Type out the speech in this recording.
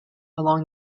along